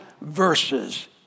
verses